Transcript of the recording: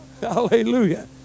Hallelujah